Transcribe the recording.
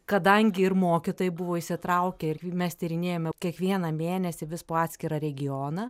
kadangi ir mokytojai buvo įsitraukę ir mes tyrinėjome kiekvieną mėnesį vis po atskirą regioną